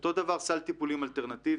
אותו דבר סל טיפולים אלטרנטיביים.